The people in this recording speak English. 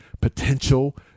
potential